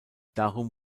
darum